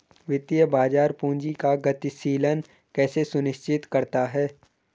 वित्तीय बाजार पूंजी का गतिशीलन कैसे सुनिश्चित करता है?